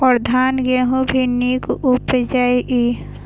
और धान गेहूँ भी निक उपजे ईय?